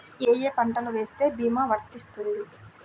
ఏ ఏ పంటలు వేస్తే భీమా వర్తిస్తుంది?